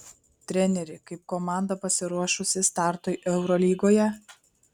treneri kaip komanda pasiruošusi startui eurolygoje